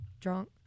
drunk